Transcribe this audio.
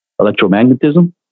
electromagnetism